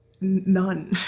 None